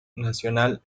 nacional